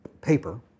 paper